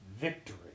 victory